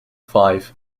five